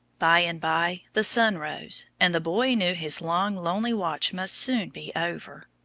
by-and-by the sun rose, and the boy knew his long lonely watch must soon be over.